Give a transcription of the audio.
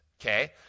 okay